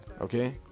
okay